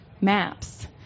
MAPS